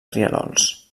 rierols